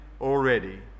already